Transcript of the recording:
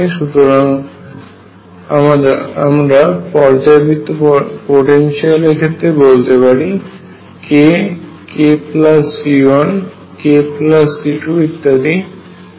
অর্থাৎ আমরা পর্যাবৃত্ত পোটেনশিয়াল এর ক্ষেত্রে বলতে পারি k kG1 kG2 ইত্যাদির সবাই সমতুল্য হয়